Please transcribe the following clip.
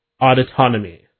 autonomy